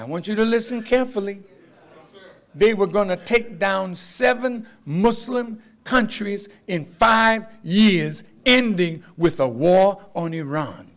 i want you to listen carefully they were going to take down seven muslim countries in five years ending with a war on iran